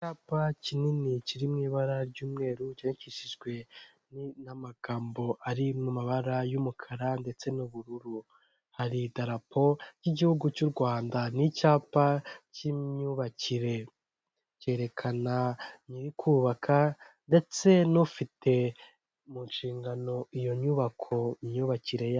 Icyapa kinini kiri mu ibara ry'umweru yandikishijwe n'amagambo ari mu mabara y'umukara ndetse n'ubururu, hari rapo y'igihugu cy'u Rwanda n'icyapa cy'imyubakire, cyerekana nyirikuka ndetse n'ufite mu nshingano iyo nyubako imyubakire yayo.